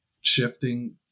shifting